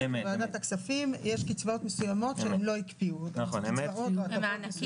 יש קצבאות מסוימות שוועדת הכספים לא הקפיאו.